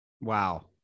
Wow